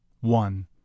one